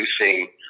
producing